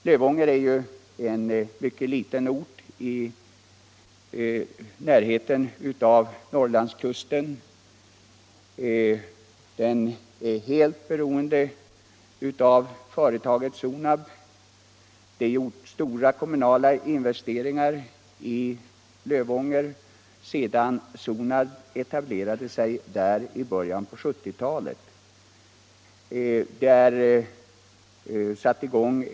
Lövånger är en mycket liten ort i närheten av Norrlandskusten. Den är helt beroende av företaget Sonab. Stora kommunala investeringar har gjorts i Lövånger sedan Sonab etablerade sig där i början på 1970-talet.